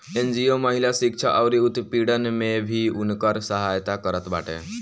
NGO महिला शिक्षा अउरी उत्पीड़न में भी उनकर सहायता करत बाटे